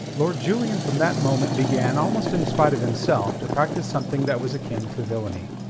lord julian from that moment began, almost in spite of himself, to practise something that was akin to villainy.